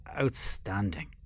outstanding